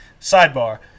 Sidebar